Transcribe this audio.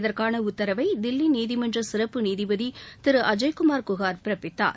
இதற்கான உத்தரவை தில்லி நீதிமன்ற சிறப்பு நீதிபதி திரு அஜய்குமார் குகார் பிறப்பித்தார்